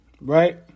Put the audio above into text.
right